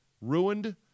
ruined